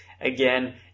Again